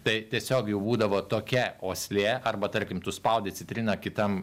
tai tiesiog jų būdavo tokia uoslė arba tarkim tu spaudi citriną kitam